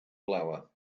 flower